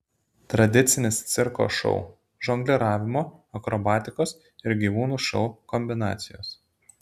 tradicinis cirko šou žongliravimo akrobatikos ir gyvūnų šou kombinacijos